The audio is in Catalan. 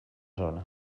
zona